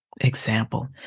example